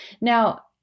Now